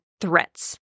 threats